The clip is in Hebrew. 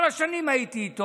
וכל השנים הייתי איתו.